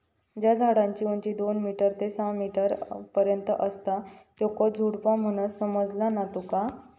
ज्या झाडांची उंची दोन मीटर ते सहा मीटर पर्यंत असता त्येंका झुडपा म्हणतत, समझला ना तुका?